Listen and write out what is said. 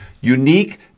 unique